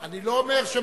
אם היו מוותרים,